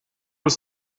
ist